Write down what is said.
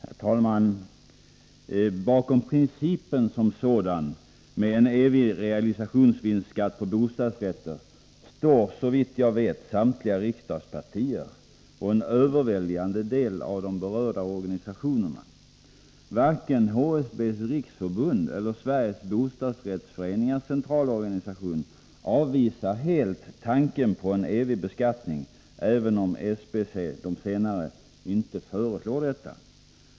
Herr talman! Bakom principen som sådan med en evig realisationsvinstskatt på bostadsrätter står, såvitt jag vet, samtliga riksdagspartier och en överväldigande del av de berörda organisationerna. Varken HSB:s riksförbund eller Sveriges Bostadsrättsföreningars centralorganisation avvisar helt tanken på en evig beskattning, även om den sistnämnda organisationen, SBC, inte föreslår detta.